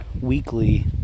weekly